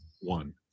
one